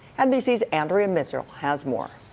nbc's andrea mitchell has more